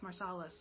Marsalis